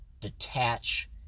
detach